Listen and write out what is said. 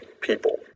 people